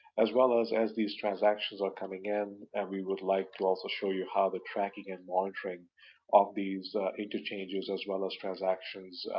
as well as, as these trading transactions are coming in, we would like to also show you how the tracking and monitoring of these interchanges as well as transactions,